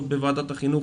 עוד בוועדת החינוך